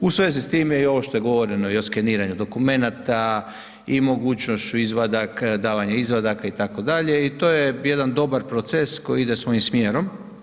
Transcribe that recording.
U svezi s time i ovo što je govoreno i o skeniranju dokumenata i mogućnošću izvadaka, davanja izvadaka itd., i to je jedan dobar proces koji ide svojim smjerom.